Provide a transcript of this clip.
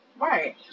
Right